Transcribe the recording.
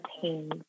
pain